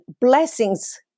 blessings